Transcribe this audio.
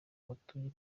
batuye